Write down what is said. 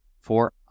Four